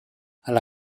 alla